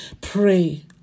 Pray